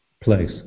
place